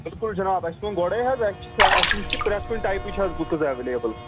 بِلکُل جِناب اَسہِ ووٚن گۄڈَے حظ اَسہِ چھِ اَسہِ نِش چھِ پرٛتھ کُنہِ ٹایپٕچ حظ بُکٕز ایویلیبٕل